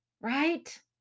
right